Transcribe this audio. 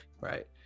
right